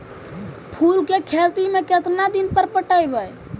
फूल के खेती में केतना दिन पर पटइबै?